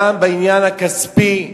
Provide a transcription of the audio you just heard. גם בעניין הכספי,